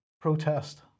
protest